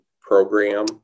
program